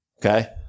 Okay